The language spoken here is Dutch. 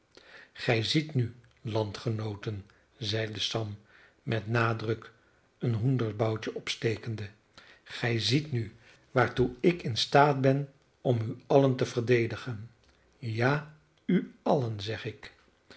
gij ziet nu landgenooten zeide sam met nadruk een hoenderboutje opstekende gij ziet nu waartoe ik in staat ben om u allen te verdedigen ja u allen zeg ik